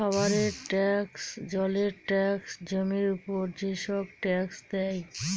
খাবারের ট্যাক্স, জলের ট্যাক্স, জমির উপর যেসব ট্যাক্স দেয়